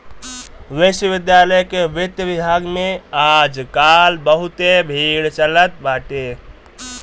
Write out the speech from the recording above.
विश्वविद्यालय के वित्त विभाग में आज काल बहुते भीड़ चलत बाटे